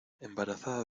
embarazada